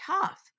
tough